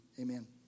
Amen